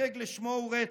הרג לשמו הוא רצח.